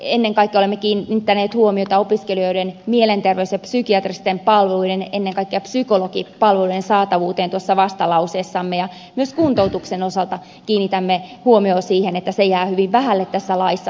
ennen kaikkea olemme kiinnittäneet huomiota opiskelijoiden mielenterveys ja psykiatristen palveluiden ennen kaikkea psykologipalvelujen saatavuuteen tuossa vastalauseessamme ja myös kuntoutuksen osalta kiinnitämme huomiota siihen että se jää hyvin vähälle tässä laissa